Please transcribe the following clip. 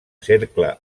cercle